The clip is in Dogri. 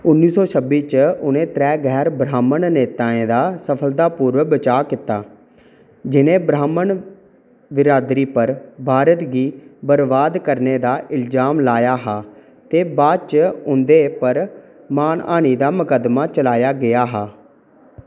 उन्नीस सौ छब्बीस च उ'नें 'त्रै गैर ब्राह्मन नेताएं दा सफलतापूर्वक बचाऽ कीता जि'नें ब्राह्मन बिरादरी पर भारत गी बरबाद करने दा इल्जाम लाया हा ते बाद च उं'दे पर मानहानि दा मकद्दमा चलाया गेआ हा